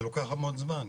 זה לוקח המון זמן.